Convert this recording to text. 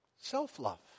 self-love